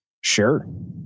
Sure